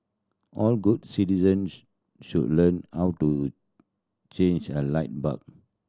all good citizens should learn how to change a light bulb